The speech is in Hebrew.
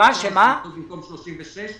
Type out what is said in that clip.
יש 19 מיטות במקום 36,